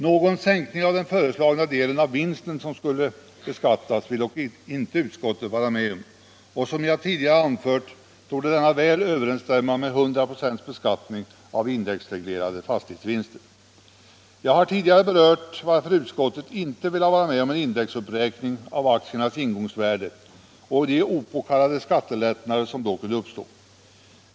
Någon sänkning av den föreslagna delen av vinsten som skall beskattas vill dock inte utskottet vara med om, och som jag tidigare anfört torde denna väl överenstämma med 100 96 beskattning av indexreglerade fastighetsvinster. Jag har tidigare berört varför utskottet inte velat vara med om indexuppräkning av aktiernas ingångsvärde och de opåkallade skattelättnader som då kunde uppstå.